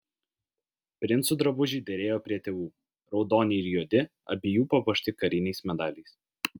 princų drabužiai derėjo prie tėvų raudoni ir juodi abiejų papuošti kariniais medaliais